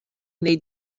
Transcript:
they